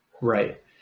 Right